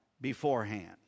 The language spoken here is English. beforehand